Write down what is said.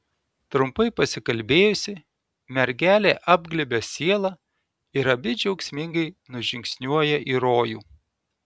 trumpai pasikalbėjusi mergelė apglėbia sielą ir abi džiaugsmingai nužingsniuoja į rojų